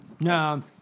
No